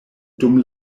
dum